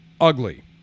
ugly